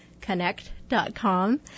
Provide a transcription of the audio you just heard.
connect.com